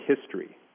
history